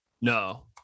No